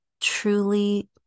truly